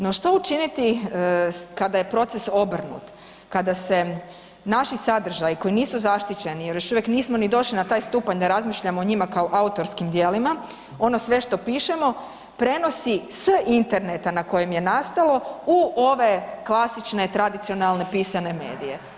No, što učiniti kada je proces obrnut, kada se naši sadržaji koji nisu zaštićeni jer još uvijek nismo ni došli na taj stupanj da razmišljamo o njima kao autorskim djelima, ono sve što pišemo prenosi s Interneta na kojem je nastalo u ove klasične tradicionalne pisane medije.